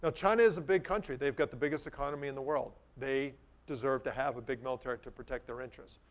ah china is a big country, they've got the biggest economy in the world. they deserve to have a big military to protect their interest.